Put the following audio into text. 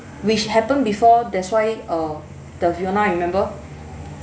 which happened before that's why err the fiona you remember